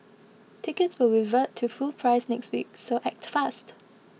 tickets will revert to full price next week so act fast